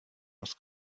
must